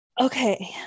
Okay